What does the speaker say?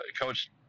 Coach